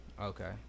okay